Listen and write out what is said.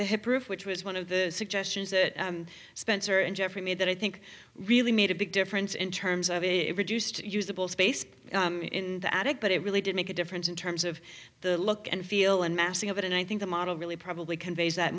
the hip roof which was one of the suggestions that spencer and jeffrey made that i think really made a big difference in terms of a reduced usable space in the attic but it really did make a difference in terms of the look and feel and massing of it and i think the model really probably conveys that